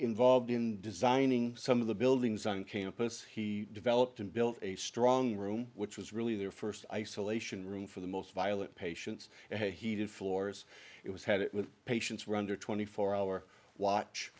involved in designing some of the buildings on campus he developed and built a strong room which was really the first isolation room for the most violent patients a heated floors it was had it with patients were under twenty four hour watch